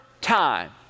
time